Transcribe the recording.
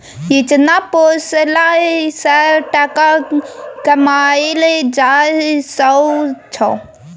इचना पोसला सँ टका कमाएल जा सकै छै